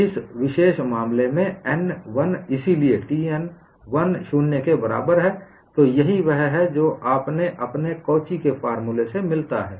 इस विशेष मामले में समतल n 1 इसलिए T n 1 0 के बराबर है तो यही वह है जो आपको अपने कॉची Cauchys formula के फॉर्मूले से मिलता है